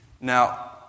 Now